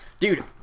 Dude